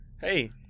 Hey